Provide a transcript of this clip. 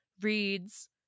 reads